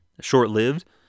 short-lived